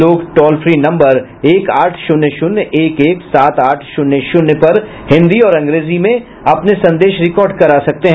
लोग toll free number एक आठ शून्य शून्य एक एक सात आठ शून्य शून्य पर हिन्दी और अंग्रेजी में अपने संदेश रिकार्ड करा सकते हैं